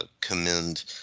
commend